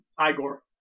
Igor